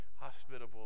hospitable